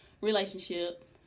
relationship